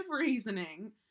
reasoning